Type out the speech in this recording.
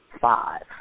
five